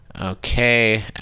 Okay